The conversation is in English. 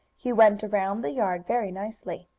he went around the yard very nicely.